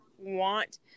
want